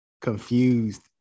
confused